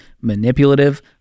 manipulative